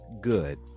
good